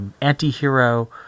anti-hero